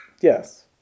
Yes